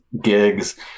gigs